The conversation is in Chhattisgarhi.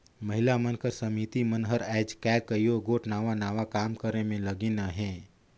महिला मन कर समिति मन हर आएज काएल कइयो गोट नावा नावा काम करे में लगिन अहें